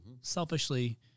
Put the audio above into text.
selfishly